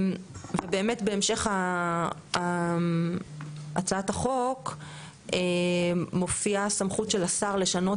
באמת בהמשך הצעת החוק מופיעה הסמכות של השר לשנות